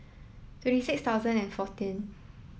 twenty six thousand and fourteen